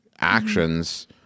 actions